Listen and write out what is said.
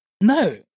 no